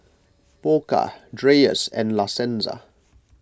Pokka Dreyers and La Senza